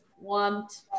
want